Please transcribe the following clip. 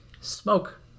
smoke